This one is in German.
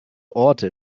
orte